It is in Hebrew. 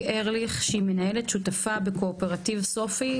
ארליך שהיא מנהלת שותפה בקואופרטיב סופי,